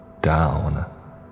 down